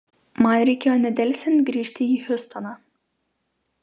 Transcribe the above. man reikėjo nedelsiant grįžti į hjustoną